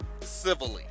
civilly